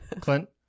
Clint